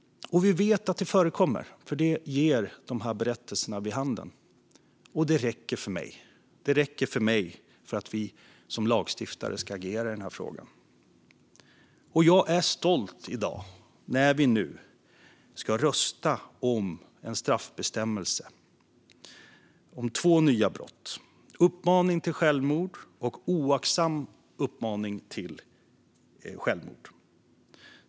Vi vet att detta förekommer, för det ger de här berättelserna vid handen. Och det räcker för mig för att vi som lagstiftare ska agera i den här frågan. En särskild straff-bestämmelse för uppmaning till självmord Jag är stolt i dag när vi nu ska rösta om en straffbestämmelse om två nya brott: uppmaning till självmord och oaktsam uppmaning till självmord.